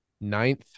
Ninth